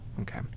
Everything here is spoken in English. Okay